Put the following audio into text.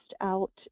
out